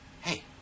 Hey